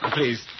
Please